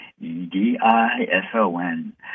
E-D-I-S-O-N